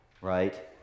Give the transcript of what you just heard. right